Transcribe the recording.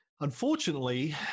unfortunately